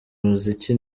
muziki